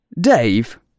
Dave